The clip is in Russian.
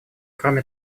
кроме